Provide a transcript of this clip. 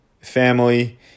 family